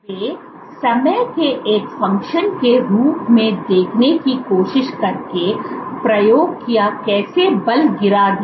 वे समय के एक फंक्शन के रूप में देखने की कोशिश कर के प्रयोग किया कैसे बल गिरा दिया